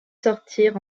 sortir